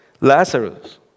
Lazarus